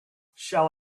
shall